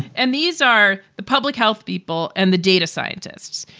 and these are the public health people and the data scientists.